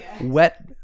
wet